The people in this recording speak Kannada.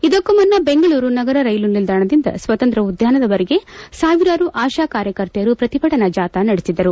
ಇದಕ್ಕೂ ಮುನ್ನ ಬೆಂಗಳೂರು ನಗರ ರೈಲು ನಿಲ್ದಾಣದಿಂದ ಸ್ವಾತಂತ್ರ್ಯ ಉದ್ಯಾನದವರೆಗೆ ಸಾವಿರಾರು ಆಶಾಕಾರ್ಯಕರ್ತೆಯರು ಪ್ರತಿಭಟನಾ ಜಾಥಾ ನಡೆಸಿದರು